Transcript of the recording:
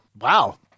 Wow